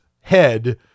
head